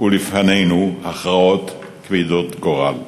ולפנינו הכרעות כבדות גורל.